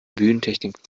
bühnentechnik